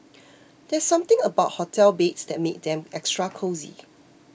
there's something about hotel beds that makes them extra cosy